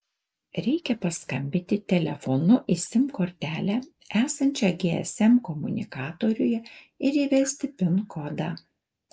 reikia paskambinti telefonu į sim kortelę esančią gsm komunikatoriuje ir įvesti pin kodą